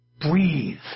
Breathe